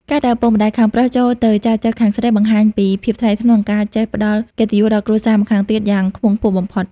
ការដែលឪពុកម្ដាយខាងប្រុសចូលទៅចែចូវខាងស្រី បង្ហាញពី "ភាពថ្លៃថ្នូរ និងការចេះផ្ដល់កិត្តិយស" ដល់គ្រួសារម្ខាងទៀតយ៉ាងខ្ពង់ខ្ពស់បំផុត។